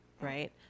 right